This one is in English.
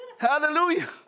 hallelujah